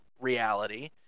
reality